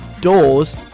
doors